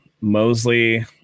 Mosley